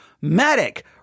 medic